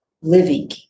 living